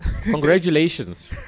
Congratulations